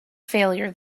failure